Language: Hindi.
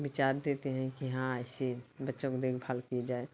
विचार देते हैं कि हाँ ऐसे बच्चों को देखभाल की जाए